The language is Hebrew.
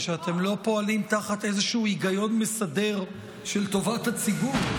זה שאתם לא פועלים תחת איזשהו היגיון מסדר של טובת הציבור.